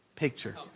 Picture